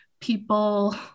people